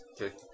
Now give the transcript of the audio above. Okay